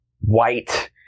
white